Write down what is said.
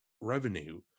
revenue